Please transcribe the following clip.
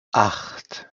acht